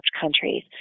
countries